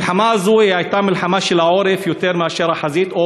המלחמה הזו הייתה מלחמה של העורף יותר מאשר של החזית,